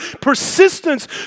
Persistence